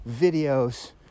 videos